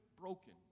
broken